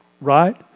Right